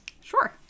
Sure